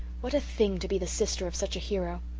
what a thing to be the sister of such a hero!